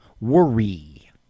worry